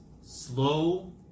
slow